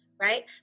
right